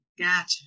Gotcha